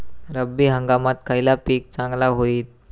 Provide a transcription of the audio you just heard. रब्बी हंगामाक खयला पीक चांगला होईत?